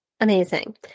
Amazing